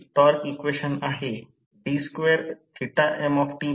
तर Re1 R 1 K2 R 2